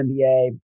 NBA